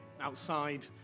outside